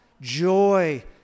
Joy